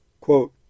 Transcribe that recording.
quote